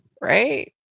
right